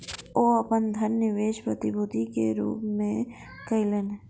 ओ अपन धन निवेश प्रतिभूति के रूप में कयलैन